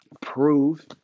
prove